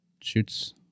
shoots